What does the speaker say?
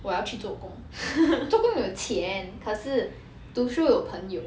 我要去做工做工有钱可是读书有朋友